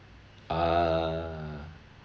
ah